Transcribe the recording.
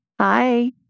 Hi